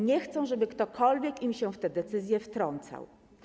Nie chcą, żeby ktokolwiek im się w te decyzje wtrącał.